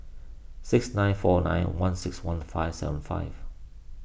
six nine four nine one six one five seven five